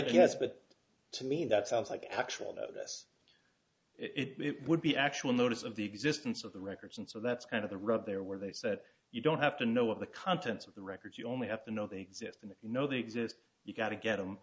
guess but to me that sounds like actual notice it would be actual notice of the existence of the records and so that's kind of the rub there where they said you don't have to know of the contents of the records you only have to know they exist and you know they exist you've got to get them